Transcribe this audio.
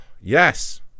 Yes